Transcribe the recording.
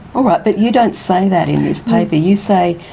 all right, but you don't say that in this paper. you say,